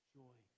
joy